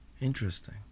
Interesting